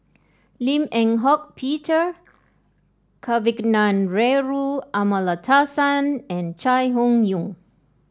Lim Eng Hock Peter Kavignareru Amallathasan and Chai Hon Yoong